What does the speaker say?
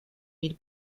mil